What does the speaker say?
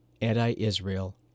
anti-Israel